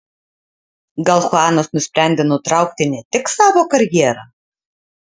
gal chuanas nusprendė nutraukti ne tik savo karjerą